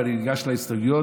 ואני ניגש להסתייגויות,